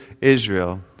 Israel